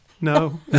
No